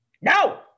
No